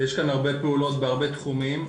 יש כאן הרבה פעולות בהרבה תחומים.